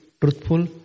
truthful